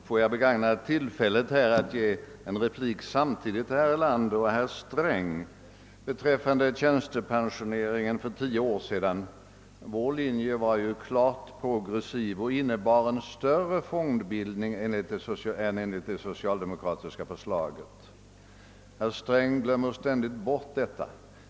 Herr talman! Får jag begagna tillfället att samtidigt replikera herr Erlander och herr Sträng beträffande pensioneringen för tio år sedan. Vår linje var ju klart progressiv och innebar en större fondbildning än enligt det socialdemokratiska förslaget. Herr Sträng glömmer numera ständigt bort detta.